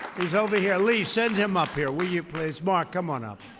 he's over here. lee, send him up here, will you, please? mark, come on up.